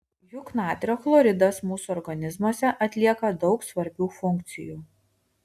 juk natrio chloridas mūsų organizmuose atlieka daug svarbių funkcijų